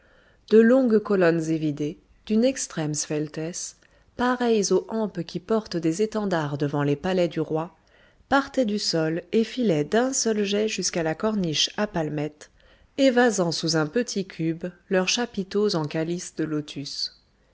de longues colonnes évidées d'une extrême sveltesse pareilles aux hampes qui portent des étendards devant les palais du roi partaient du sol et filaient d'un seul jet jusqu'à la corniche à palmettes évasant sous un petit cube leurs chapiteaux en calice de lotus